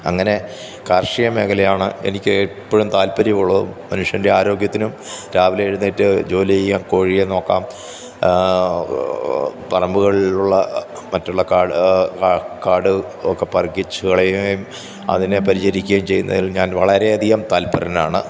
അങ്ങനെ കാര്ഷിക മേഖലയാണ് എനിക്ക് എപ്പോഴും താല്പ്പര്യമുള്ളതും മനുഷ്യന്റെ ആരോഗ്യത്തിനും രാവിലെ എഴുന്നേറ്റ് ജോലി ചെയ്യാം കോഴിയെ നോക്കാം പറമ്പുകളിലുള്ള മറ്റുള്ള കാട് കാട് ഒക്കെ പറിച്ച് കളയുകയും അതിനെ പരിചരിക്കേം ചെയ്യുന്നതില് ഞാന് വളരെയധികം താല്പ്പരനാണ്